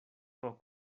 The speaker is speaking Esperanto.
pro